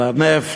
של נפט,